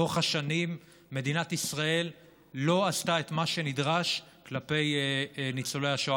לאורך השנים מדינת ישראל לא עשתה את מה שנדרש כלפי ניצולי השואה,